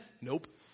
Nope